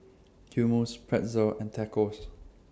Hummus Pretzel and Tacos